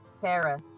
Sarah